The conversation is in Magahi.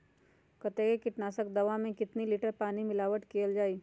कतेक किटनाशक दवा मे कितनी लिटर पानी मिलावट किअल जाई?